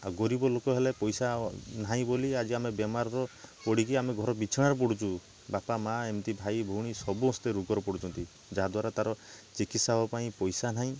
ଗରିବ ଲୋକ ହେଲେ ପଇସା ନାହିଁ ବୋଲି ଆଜି ଆମେ ବେମାରର ପଡ଼ିକି ଆମେ ଘର ବିଛଣାରେ ପଡ଼଼ୁଛୁ ବାପା ମାଁ ଏମିତି ଭାଇଭଉଣୀ ସମସ୍ତେ ରୋଗରେ ପଡ଼ୁଛନ୍ତି ଯାହାଦ୍ୱାରା ତା'ର ଚିକିତ୍ସା ହେବାପାଇଁ ପଇସା ନାହିଁ